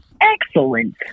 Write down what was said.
Excellent